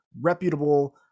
reputable